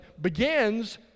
begins